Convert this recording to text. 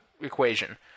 equation